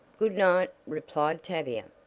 good-night, replied tavia.